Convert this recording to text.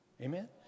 Amen